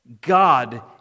God